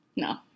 No